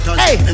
hey